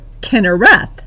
Kinnereth